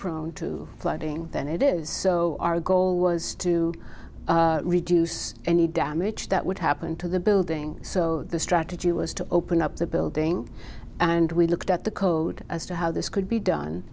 prone to flooding than it is so our goal was to reduce any damage that would happen to the building so the strategy was to open up the building and we looked at the code as to how this could be done